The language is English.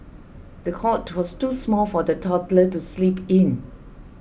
the cot was too small for the toddler to sleep in